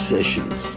Sessions